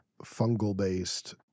fungal-based